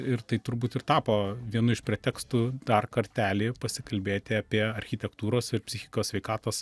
ir tai turbūt ir tapo vienu iš pretekstų dar kartelį pasikalbėti apie architektūros ir psichikos sveikatos